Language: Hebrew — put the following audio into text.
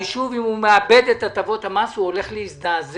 אם הוא מאבד את הטבות המס הוא הולך להזדעזע.